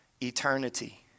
eternity